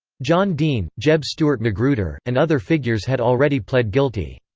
john dean, jeb stuart magruder, and other figures had already pled guilty.